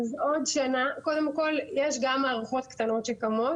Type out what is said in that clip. קודם כול, יש גם מערכות קטנות שקמות.